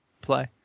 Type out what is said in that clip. play